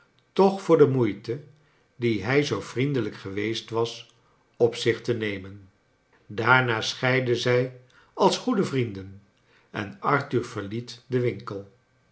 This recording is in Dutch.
toch voor de moeite die hij zoo vriendelijk geweest was op zich te nemen daarna scbeidden zij als goede vrienden en arthur verliet den winkel